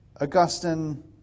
Augustine